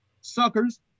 Suckers